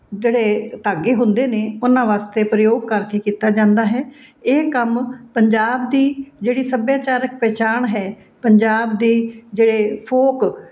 ਜਿਹੜੇ ਧਾਗੇ ਹੁੰਦੇ ਨੇ ਉਹਨਾਂ ਵਾਸਤੇ ਪ੍ਰਯੋਗ ਕਰਕੇ ਕੀਤਾ ਜਾਂਦਾ ਹੈ ਇਹ ਕੰਮ ਪੰਜਾਬ ਦੀ ਜਿਹੜੀ ਸੱਭਿਆਚਾਰਕ ਪਹਿਚਾਣ ਹੈ ਪੰਜਾਬ ਦੀ ਜਿਹੜੇ ਫੋਕ